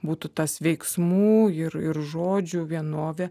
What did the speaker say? būtų tas veiksmų ir ir žodžių vienovė